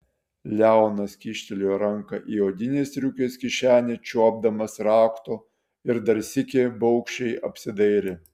leonas kyštelėjo ranką į odinės striukės kišenę čiuopdamas rakto ir dar sykį baugščiai apsidairė